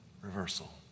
reversal